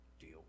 deal